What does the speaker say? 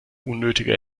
unnötiger